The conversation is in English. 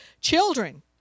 children